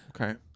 okay